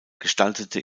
gestaltete